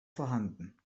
vorhanden